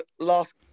last